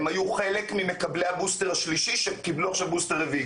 הם היו חלק ממקבלי הבוסטר השלישי שקיבלו עכשיו בוסטר רביעי.